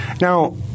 Now